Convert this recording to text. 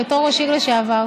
בתור ראש עיר לשעבר.